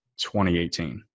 2018